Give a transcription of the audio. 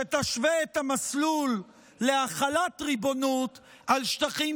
שתשווה את המסלול להחלת ריבונות על שטחים